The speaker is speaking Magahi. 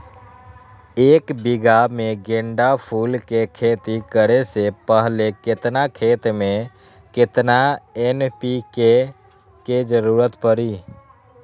एक बीघा में गेंदा फूल के खेती करे से पहले केतना खेत में केतना एन.पी.के के जरूरत परी?